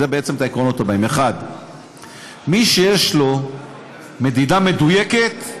את העקרונות האלה: מי שיש לו מדידה מדויקת,